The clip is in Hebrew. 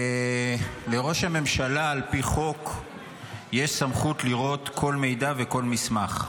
לראש הממשלה על פי חוק יש סמכות לראות כל מידע וכל מסמך.